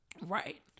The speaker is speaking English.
right